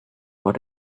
what